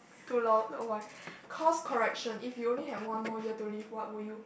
too loud oh my cause correction if you only had one more year to live what would you